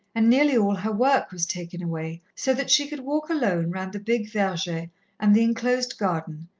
and nearly all her work was taken away, so that she could walk alone round the big verger and the enclosed garden,